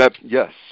yes